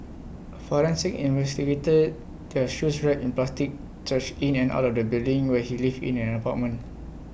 forensic investigators their shoes wrapped in plastic trudged in and out of the building where he lived in an apartment